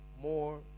more